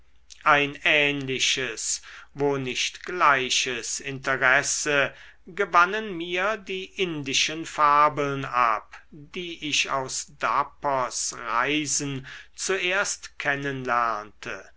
ein ähnliches wo nicht gleiches interesse gewannen mir die indischen fabeln ab die ich aus dappers reisen zuerst